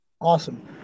awesome